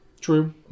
True